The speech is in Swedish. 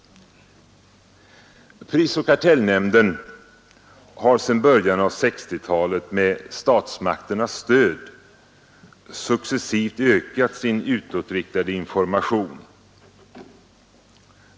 Prisoch kartellnämnden har sedan början av 1960-talet med statsmakternas stöd successivt ökat sin utåtriktade information.